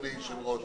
אדוני היושב-ראש,